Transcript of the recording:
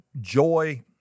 joy